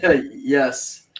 Yes